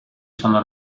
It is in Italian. sono